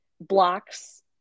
blocks